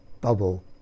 bubble